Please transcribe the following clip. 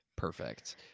Perfect